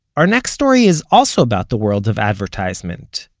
our next story is also about the world of advertisement,